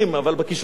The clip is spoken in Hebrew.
אבל בכישורים.